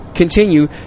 continue